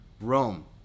Rome